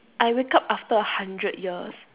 I wake up after a hundred years